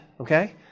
okay